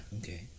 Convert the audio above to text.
Okay